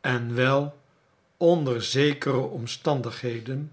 en wel onder zekere omstandigheden